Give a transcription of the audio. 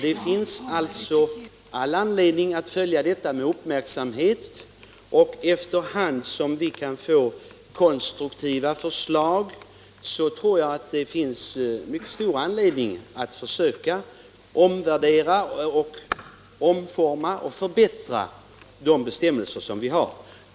Det finns alltså all anledning att följa denna fråga med uppmärksamhet. Efter hand som vi kan få konstruktiva förslag, så tror jag att det finns mycket stor anledning att försöka omvärdera, omforma och förbättra de nuvarande bestämmelserna.